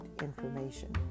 information